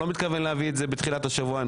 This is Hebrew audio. אני לא מתכוון להביא את זה בתחילת השבוע אלא